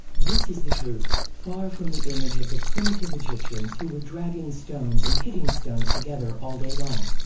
this is the truth, far from the image of the primitive egyptians who were dragging stones and hitting stones together all day long.